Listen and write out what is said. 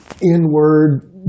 inward